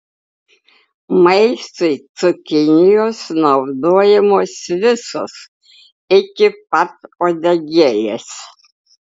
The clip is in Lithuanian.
maistui cukinijos naudojamos visos iki pat uodegėlės